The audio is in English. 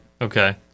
Okay